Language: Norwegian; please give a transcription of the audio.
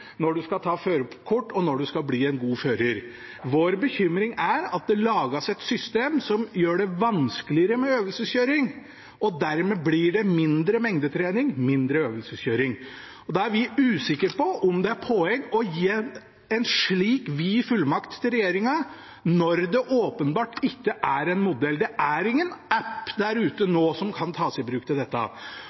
når en skal ta førerkort og bli en god fører. Vår bekymring er at det lages et system som gjør det vanskeligere med øvelseskjøring, og at det dermed blir mindre mengdetrening, mindre øvelseskjøring. Vi er usikre på om det er et poeng å gi en slik vid fullmakt til regjeringen når det åpenbart ikke er en modell. Det er ingen app der ute som nå kan tas i bruk til dette,